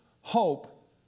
hope